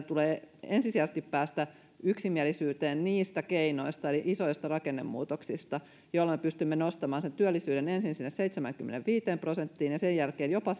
tulee ensisijaisesti päästä yksimielisyyteen niistä keinoista eli isoista rakennemuutoksista joilla me pystymme nostamaan työllisyyden ensin sinne seitsemäänkymmeneenviiteen prosenttiin ja sen jälkeen jopa